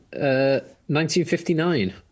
1959